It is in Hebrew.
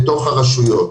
בתוך הרשויות.